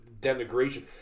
denigration